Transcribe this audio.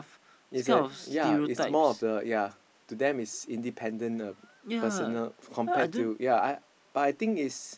it's a ya it's more of the ya to them it's independent uh personal compared to ya but I think it's